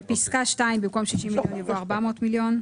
בפסקה (2) במקום "50 מיליון" יבוא "400 מיליון".